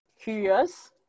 curious